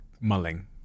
mulling